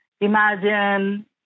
imagine